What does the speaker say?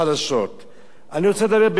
אני רוצה לדבר בשתי נקודות חשובות,